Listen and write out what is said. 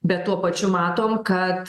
bet tuo pačiu matom kad